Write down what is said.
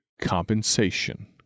compensation